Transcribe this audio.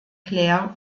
claire